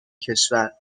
کشور